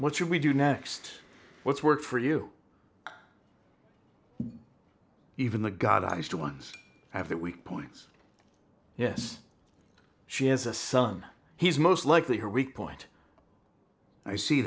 what should we do next what's worked for you even the god i used to ones have that weak points yes she has a son he's most likely her weak point i see